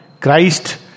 Christ